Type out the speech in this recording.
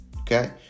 Okay